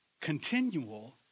continual